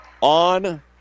on